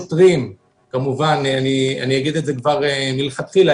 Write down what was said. אגיד כבר מלכתחילה,